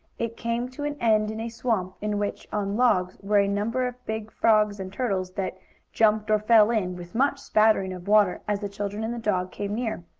it came to an end in a swamp, in which, on logs, were a number of big frogs and turtles, that jumped, or fell in, with much spattering of water as the children and the dog came near.